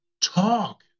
talk